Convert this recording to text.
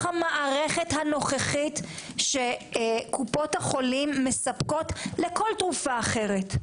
המערכת הנוכחית שקופות החולים מספקות לכל תרופה אחרת.